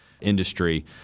industry